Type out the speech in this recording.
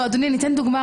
אדגים.